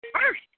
first